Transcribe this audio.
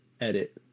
edit